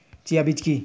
Chia বীজ কী?